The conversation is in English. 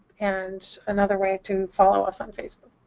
and another way to follow us on facebook.